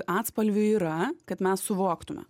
atspalvių yra kad mes suvoktume